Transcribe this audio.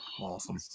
Awesome